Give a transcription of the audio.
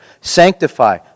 Sanctify